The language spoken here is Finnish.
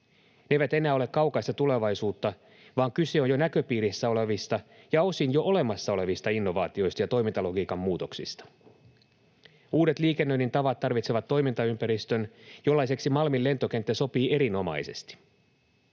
Ne eivät enää ole kaukaista tulevaisuutta, vaan kyse on jo näköpiirissä olevista ja osin jo olemassa olevista innovaatioista ja toimintalogiikan muutoksista. Uudet liikennöinnin tavat tarvitsevat toimintaympäristön, jollaiseksi Malmin lentokenttä sopii erinomaisesti.